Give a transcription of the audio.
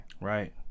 Right